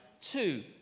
Two